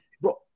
bro